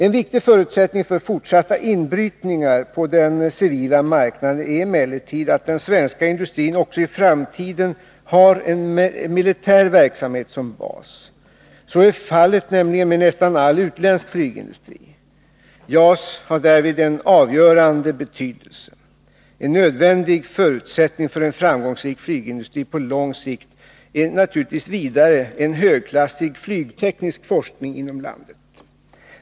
En viktig förutsättning för fortsatta inbrytningar på den civila marknaden är emellertid att den svenska industrin också i framtiden har en militär verksamhet som bas. Så är nämligen fallet med nästan all utländsk flygindustri. JAS har därvid en avgörande betydelse. 164 En nödvändig förutsättning för en framgångsrik flygindustri på lång sikt är vidare naturligtvis en högklassig flygteknisk forskning inom landet.